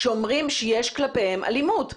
שאומרים שיש כלפיהם אלימות.